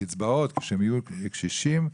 קצבאות וכשהם יהיו קשישים,